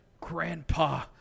Grandpa